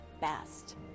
best